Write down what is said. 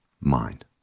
mind